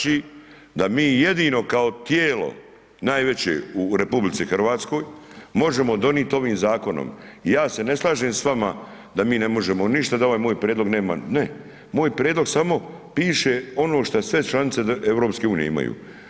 Znači da mi jedino kao tijelo najveće u RH možemo donit ovim zakonom, ja se ne slažem s vama da mi ne možemo ništa, da ovaj moj prijedlog nema, ne, moj prijedlog samo piše ono što sve članice EU imaju.